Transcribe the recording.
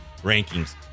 rankings